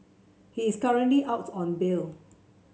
he is currently out on bail